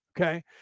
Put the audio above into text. Okay